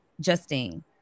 Justine